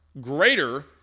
greater